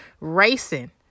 racing